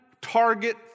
target